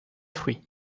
fruits